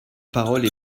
parole